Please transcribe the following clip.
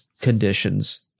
conditions